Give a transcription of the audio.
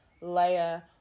layer